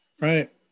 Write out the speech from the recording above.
Right